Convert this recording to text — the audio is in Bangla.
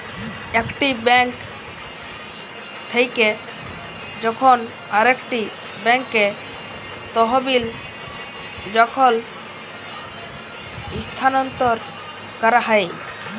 একটি বেঙ্ক থেক্যে যখন আরেকটি ব্যাঙ্কে তহবিল যখল স্থানান্তর ক্যরা হ্যয়